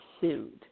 sued